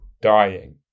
dying